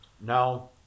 No